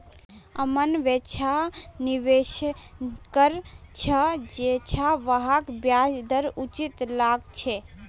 अमन वैछा निवेश कर छ जैछा वहाक ब्याज दर उचित लागछे